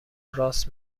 راست